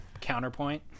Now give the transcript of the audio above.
counterpoint